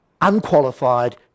unqualified